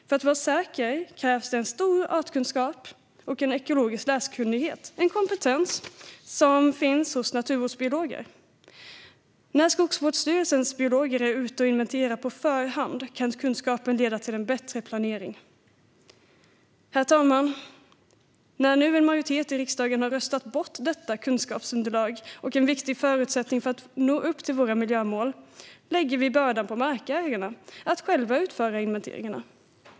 För att vara säker krävs det en stor artkunskap och ekologisk läskunnighet, en kompetens som finns hos naturvårdsbiologer. När Skogsstyrelsens biologer är ute och inventerar på förhand kan kunskapen leda till en bättre planering. Herr talman! När nu en majoritet i riksdagen har röstat bort detta kunskapsunderlag och en viktig förutsättning för att nå upp till vårt miljömål lägger vi bördan på markägarna att själva utföra inventeringarna.